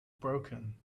broken